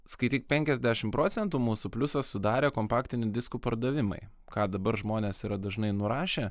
skaityk penkiasdešimt procentų mūsų pliusą sudarė kompaktinių diskų pardavimai ką dabar žmonės yra dažnai nurašę